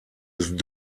ist